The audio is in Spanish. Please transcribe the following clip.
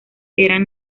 eran